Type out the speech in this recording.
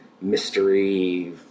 mystery